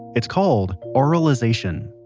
it's called auralization.